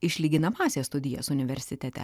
išlyginamąsias studijas universitete